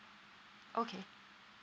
okay